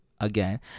again